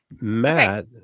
Matt